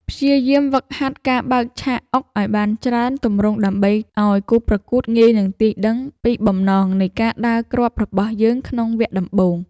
ព្យាយាមហ្វឹកហាត់ការបើកឆាកអុកឱ្យបានច្រើនទម្រង់ដើម្បីកុំឱ្យគូប្រកួតងាយនឹងទាយដឹងពីបំណងនៃការដើរគ្រាប់របស់យើងក្នុងវគ្គដំបូង។